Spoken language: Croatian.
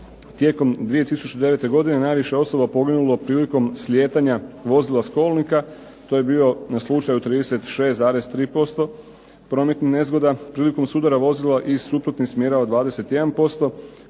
tijekom 2009. godine najviše je osoba poginulo prilikom slijetanja vozila s kolnika, to je bio slučaj u 36,3% prometnih nezgoda. Prilikom sudara vozila iz suprotnih smjerova 21%,